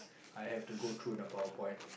I have to go through the PowerPoint